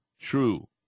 true